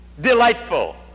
delightful